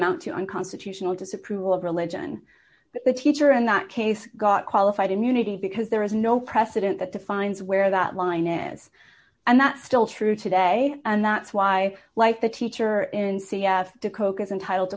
amount to unconstitutional disapproval of religion but the teacher in that case got qualified immunity because there is no precedent that defines where that line ends and that's still true today and that's why like the teacher in c f to coke is entitled